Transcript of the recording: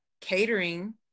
catering